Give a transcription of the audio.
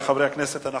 19 בעד,